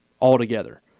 altogether